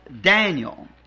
Daniel